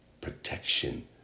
protection